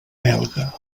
belga